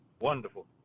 wonderful